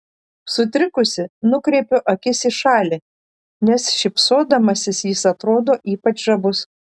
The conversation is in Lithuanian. sutrikusi nukreipiu akis į šalį nes šypsodamasis jis atrodo ypač žavus